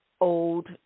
old